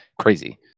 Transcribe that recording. crazy